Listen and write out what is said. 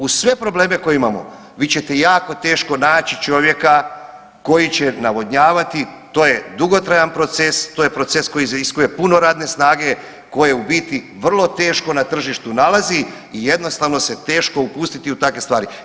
Uz sve probleme koje imamo vi ćete jako teško naći čovjeka koji će navodnjavati to je dugotrajan proces, to je proces koji iziskuje puno radne snage koje u biti vrlo teško na tržištu nalazi i jednostavno se teško upustiti u takve stvari.